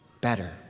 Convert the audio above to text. better